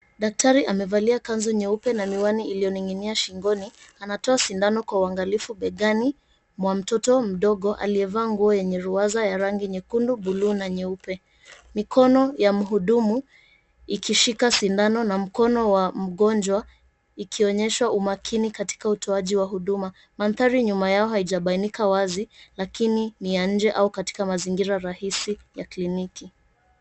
Daktari amevalia kazu nyeupe na miwani iliyoning'inia shingoni. Anatoa shindano kwa uangalifu begani mwa mtoto mdogo aliyevaa nguo yenye riwaza nyekundu, buluu, na nyeupe. Mikono ya mhudumu ikishika sindano na mikono ya mgonjwa, ikionyesha umakini wa utoaji wa huduma. Mandhari nyuma yao haijabainika wazi lakini ni ya nje au mazingira rahisi ya kliniki.